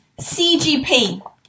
CGP